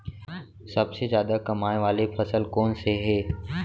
सबसे जादा कमाए वाले फसल कोन से हे?